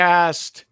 Cast